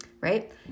right